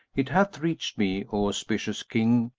it hath reached me, o auspicious king,